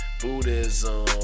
buddhism